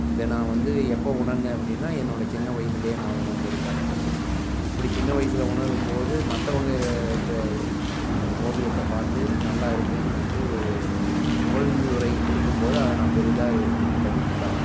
இதை நான் வந்து எப்போ உணர்ந்தேன் அப்படின்னா என்னோடய சின்ன வயசுலேயே நான் உணர்ந்துருக்கேன் அப்படி சின்ன வயதில் உணரும்போது மற்றவங்க இந்த ஓவியத்தை பார்த்து நல்லா இருக்குதுன்னு வந்து ஒரு புகழ்ந்துறை கொடுக்கும் போது அதை நான் பெரிதாக எடுத்துக்கிட்டது இல்லை